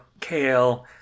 kale